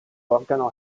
organo